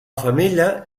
femella